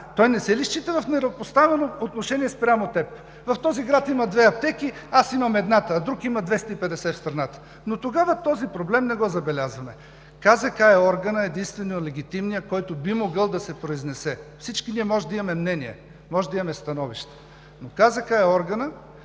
той не се ли счита в неравнопоставено отношение спрямо теб? В този град има две аптеки, аз имам едната, а друг има 250 в страната. Тогава този проблем не го забелязваме. Комисията за защита на конкуренцията е органът, единственият, легитимният, който би могъл да се произнесе. Всички ние можем да имаме мнения, можем да имаме становища, но КЗК е органът,